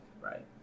right